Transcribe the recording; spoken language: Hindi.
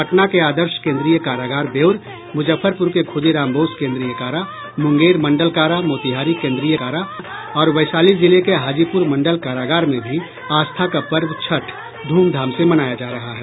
पटना के आदर्श केन्द्रीय कारागार बेउर मूजफ्फरपूर के खूदीराम बोस केन्द्रीय कारा मूंगेर मंडल कारा मोतिहारी कोन्द्रीय कारा और वैशाली जिले के हाजीपूर मंडल कारागार में भी आस्था का पर्व छठ धूमधाम से मनाया जा रहा है